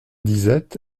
disette